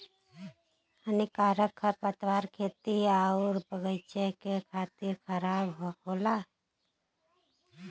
हानिकारक खरपतवार खेती आउर बगईचा क खातिर खराब होला